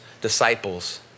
disciples